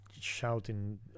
shouting